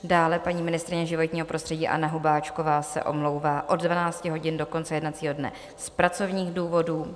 Dále paní ministryně životního prostředí Anna Hubáčková se omlouvá od 12 hodin do konce jednacího dne z pracovních důvodů.